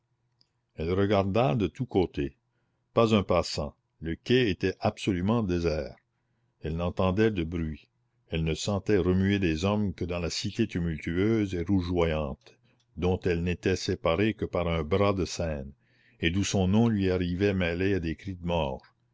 elle regarda de tous côtés pas un passant le quai était absolument désert elle n'entendait de bruit elle ne sentait remuer des hommes que dans la cité tumultueuse et rougeoyante dont elle n'était séparée que par un bras de seine et d'où son nom lui arrivait mêlé à des cris de mort